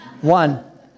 One